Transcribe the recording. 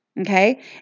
Okay